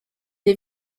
des